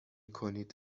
کنید